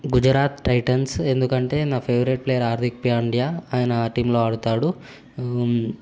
Gujarat Titans ఎందుకంటే నా favourite player Hardik Pandya ఆయన ఆ టీంలో ఆడుతాడు